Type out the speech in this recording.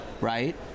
right